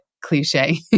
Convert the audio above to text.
cliche